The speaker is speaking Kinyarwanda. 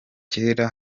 kera